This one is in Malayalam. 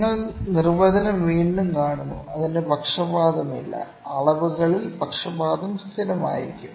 നിങ്ങൾ നിർവചനം വീണ്ടും കാണുന്നു അതിന് പക്ഷപാതമില്ല അളവുകളിൽ പക്ഷപാതം സ്ഥിരമായിരിക്കും